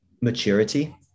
maturity